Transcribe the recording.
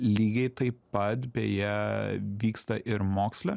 lygiai taip pat beje vyksta ir moksle